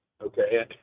Okay